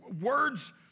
Words